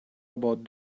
about